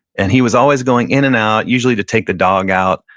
and he was always going in and out, usually to take the dog out,